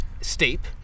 steep